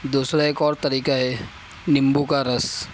دوسرا ایک اور طریقہ ہے نیمبو کا رس